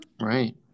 Right